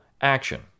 action